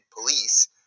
police